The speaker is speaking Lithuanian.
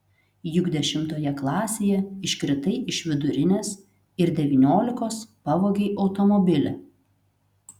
juk dešimtoje klasėje iškritai iš vidurinės ir devyniolikos pavogei automobilį